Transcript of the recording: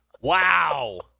Wow